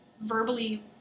verbally